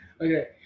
Okay